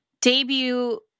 debut